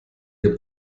ihr